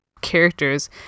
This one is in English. characters